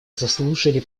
заслушали